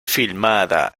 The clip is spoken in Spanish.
filmada